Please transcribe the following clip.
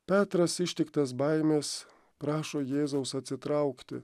petras ištiktas baimės prašo jėzaus atsitraukti